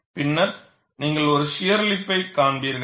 பின்னர் நீங்கள் ஒரு ஷியர் லிப்பை காண்பீர்கள்